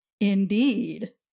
Indeed